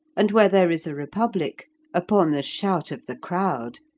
and where there is a republic upon the shout of the crowd,